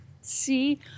See